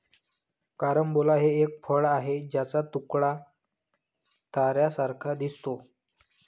carambola हे एक फळ आहे ज्याचा तुकडा ताऱ्यांसारखा दिसतो